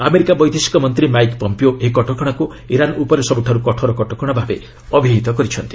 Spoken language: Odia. ଆମେରିକା ବୈଦେଶିକ ମନ୍ତ୍ରୀ ମାଇକ୍ ପମ୍ପିଓ ଏହି କଟକଶାକୁ ଇରାନ୍ ଉପରେ ସବୁଠାରୁ କଠୋର କଟକଶା ଭାବେ ଅଭିହିତ କରିଛନ୍ତି